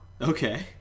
Okay